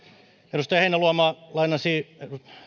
edustaja heinäluoma lainasi